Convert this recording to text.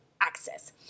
access